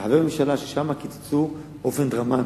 כחבר ממשלה שקיצצה באופן דרמטי.